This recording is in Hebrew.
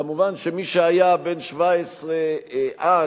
מובן שמי שהיה בן 17 אז